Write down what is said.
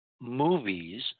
movies